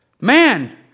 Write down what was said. man